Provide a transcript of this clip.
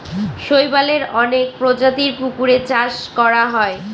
শৈবালের অনেক প্রজাতির পুকুরে চাষ করা হয়